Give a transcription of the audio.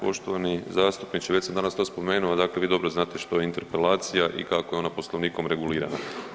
Poštovani zastupniče već sam danas to spomenuo, dakle vi dobro znate što je interpelacija i kako je ona Poslovnikom regulirana.